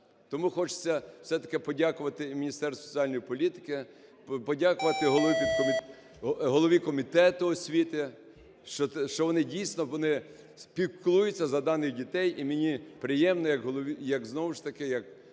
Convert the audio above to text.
Тому хочеться все-таки подякувати і Міністерству соціальної політики, подякувати голові Комітету освіти, що вони дійсно вони піклуються за даних дітей. І мені приємно як голові… як знову